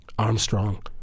Armstrong